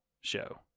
show